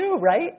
right